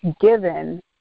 given